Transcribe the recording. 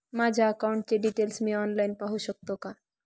माझ्या अकाउंटचे डिटेल्स मी ऑनलाईन पाहू शकतो का?